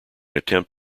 attempt